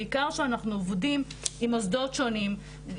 בעיקר שאנחנו עובדים עם מוסדות שונים,